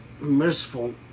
merciful